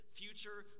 future